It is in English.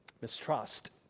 mistrust